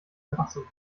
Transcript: einfach